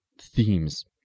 themes